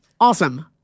Awesome